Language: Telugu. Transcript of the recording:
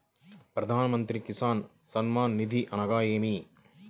ప్రధాన మంత్రి కిసాన్ సన్మాన్ నిధి అనగా ఏమి?